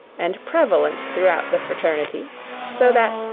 and prevalent throughout the fraternity so that,